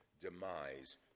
demise